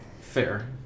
fair